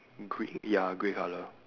gre~ ya grey colour